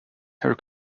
her